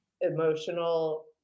emotional